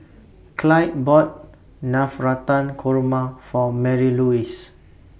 Clyde bought Navratan Korma For Marylouise